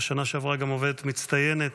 ובשנה שעברה, גם עובדת מצטיינת,